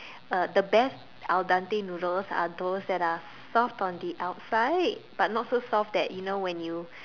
uh the best al-dente noodles are those that are soft on the outside but not so soft that you know when you